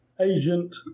agent